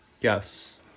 Yes